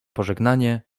pożegnanie